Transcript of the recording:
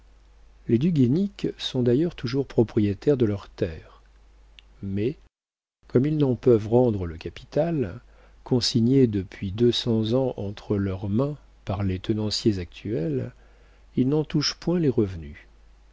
les du guaisnic sont d'ailleurs toujours propriétaires de leurs terres mais comme ils n'en peuvent rendre le capital consigné depuis deux cents ans entre leurs mains par les tenanciers actuels ils n'en touchent point les revenus